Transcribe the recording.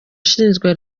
ushinzwe